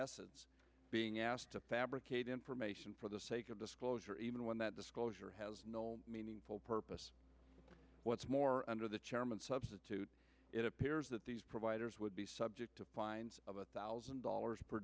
are being asked to fabricate information for the sake of disclosure even when that disclosure has no meaningful purpose what's more under the chairman substitute it appears that these providers would be subject to fines of a thousand dollars per